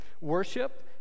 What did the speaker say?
worship